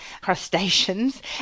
crustaceans